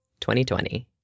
2020